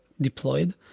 deployed